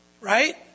right